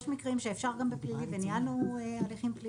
יש מקרים שאפשר גם, העניין הוא הליכים פליליים.